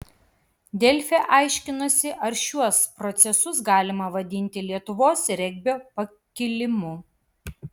delfi aiškinosi ar šiuos procesus galima vadinti lietuvos regbio pakilimu